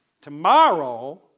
tomorrow